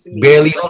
Barely